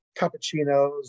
cappuccinos